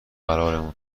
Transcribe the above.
قرارمون